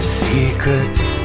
secrets